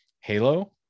halo